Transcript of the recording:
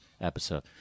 episode